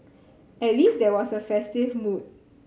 at least there was a festive mood